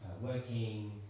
working